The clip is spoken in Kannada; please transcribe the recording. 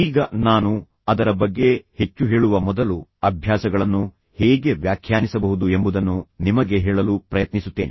ಈಗ ನಾನು ಅದರ ಬಗ್ಗೆ ಹೆಚ್ಚು ಹೇಳುವ ಮೊದಲು ಅಭ್ಯಾಸಗಳನ್ನು ಹೇಗೆ ವ್ಯಾಖ್ಯಾನಿಸಬಹುದು ಎಂಬುದನ್ನು ನಿಮಗೆ ಹೇಳಲು ಪ್ರಯತ್ನಿಸುತ್ತೇನೆ